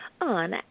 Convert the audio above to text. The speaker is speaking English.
on